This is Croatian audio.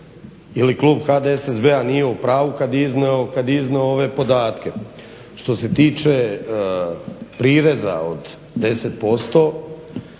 ili klub HDSSB-a nije u pravu kad je iznio ove podatke. Što se tiče prireza od 10%